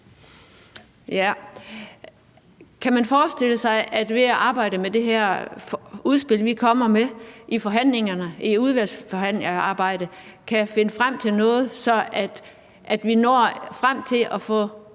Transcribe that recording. Kan man forestille sig, at man ved at arbejde med det her udspil, vi kommer med, i udvalgsarbejdet kan finde frem til noget, så vi når frem til at få